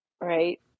right